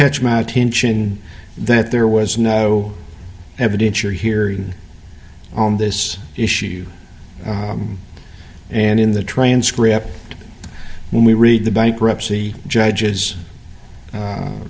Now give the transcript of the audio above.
catch my attention that there was no evidence you're here on this issue and in the transcript when we read the bankruptcy judges